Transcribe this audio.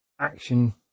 action